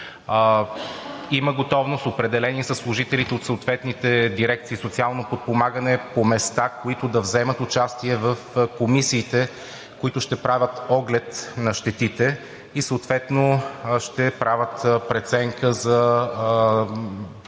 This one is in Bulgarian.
Има готовност, определени са служителите от съответните дирекции „Социално подпомагане“ по места, които да вземат участие в комисиите, които ще правят оглед на щетите и съответно преценка за